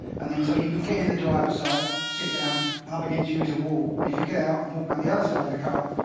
and then, so you can get in the driver's side, sit down, and up against you is a wall. and if you get out and walk around to the other side of the car,